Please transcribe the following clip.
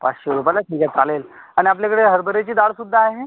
पाचशे रुपयाला ठीक आहे चालेल आणि आपल्याकडे हरभऱ्याची डाळसुद्धा आहे